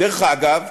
דרך אגב,